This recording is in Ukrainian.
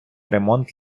ремонт